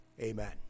Amen